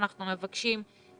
אנחנו מבקשים התייחסות